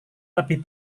lebih